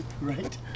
Right